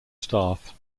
staff